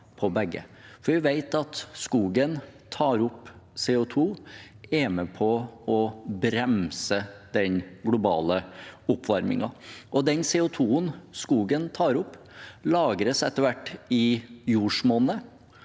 Vi vet at skogen tar opp CO2 og er med på å bremse den globale oppvarmingen. Den CO2-en skogen tar opp, lagres etter hvert i jordsmonnet.